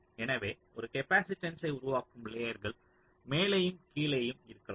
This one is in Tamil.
எனவே ஒரு கேப்பாசிட்டன்ஸ்யை உருவாக்கும் லேயர்கள் மேலேயும் கீழேயும் இருக்கலாம்